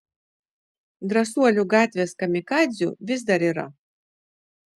drąsuolių gatvės kamikadzių vis dar yra